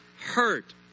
hurt